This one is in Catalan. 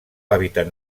hàbitat